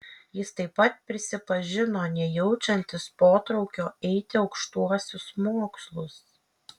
jis taip pat prisipažino nejaučiantis potraukio eiti aukštuosius mokslus